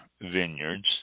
Vineyards